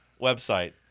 website